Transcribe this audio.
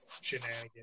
shenanigans